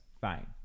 Fine